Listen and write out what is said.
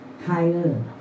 higher